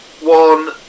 one